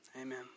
amen